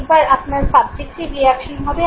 এবার আপনার subjective reaction হবে